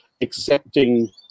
accepting